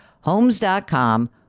homes.com